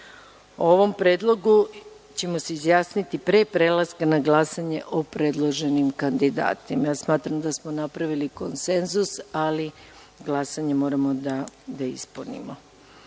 Ovom o predlogu ćemo se izjasniti pre prelaska na glasanje o predloženim kandidatima. Smatram da smo napravili konsenzus, ali glasanje moramo da ispunimo. Dakle,